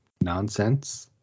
nonsense